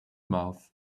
mouth